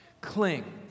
Cling